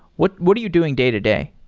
what what are you doing day-to-day?